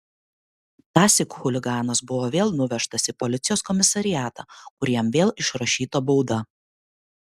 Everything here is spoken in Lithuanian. tąsyk chuliganas buvo vėl nuvežtas į policijos komisariatą kur jam vėl išrašyta bauda